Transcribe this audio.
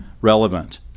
relevant